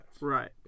Right